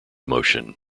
motion